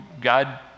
God